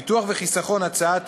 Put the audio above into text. ביטוח וחיסכון, הצעת